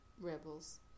rebels